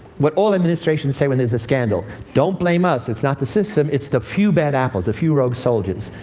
what all administrations say when there's a scandal don't blame us. it's not the system. it's the few bad apples, the few rogue soldiers.